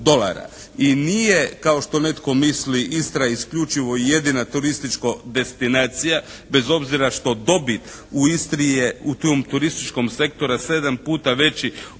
i nije kao što netko misli Istra isključivo i jedina turistička destinacija bez obzira što dobit u Istri je, turističkog sektora sedam puta veći od